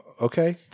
okay